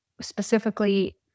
specifically